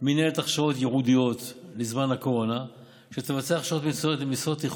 מינהלת הכשרות ייעודיות לזמן הקורונה אשר תבצע הכשרות מקצועיות